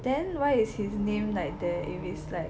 then why is his name like there if it's like